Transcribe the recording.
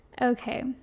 okay